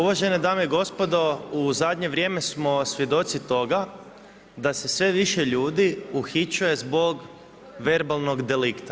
Uvažene dame i gospodo u zadnje vrijeme smo svjedoci toga da se sve više ljudi uhićuje zbog verbalnog delikta.